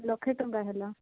ଲକ୍ଷେ ଟଙ୍କା ହେଲା